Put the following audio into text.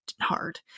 hard